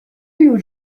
you